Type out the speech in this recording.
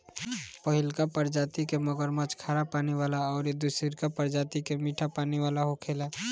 पहिलका प्रजाति के मगरमच्छ खारा पानी वाला अउरी दुसरका प्रजाति मीठा पानी वाला होखेला